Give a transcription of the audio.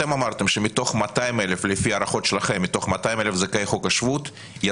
אתם אמרתם שמתוך 200,000 זכאי חוק השבות לפי ההערכות שלכם,